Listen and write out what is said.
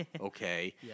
okay